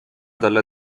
talle